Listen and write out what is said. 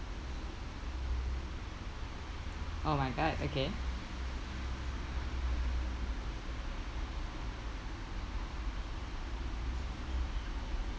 oh my god okay